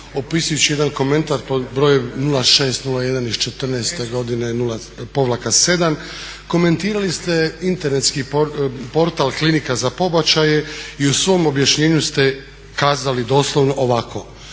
opisujući jedan komentar pod broj 0601 iz '14. godine -7 komentirali ste internetski portal klinika za pobačaje i u svom objašnjenju ste kazali doslovno ovako: